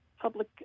public